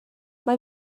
mae